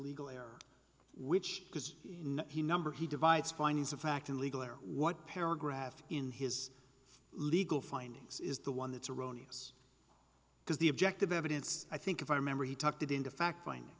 legal error which because he number he divides findings of fact illegal or what paragraph in his legal findings is the one that's erroneous because the objective evidence i think if i remember he talked it into fact finding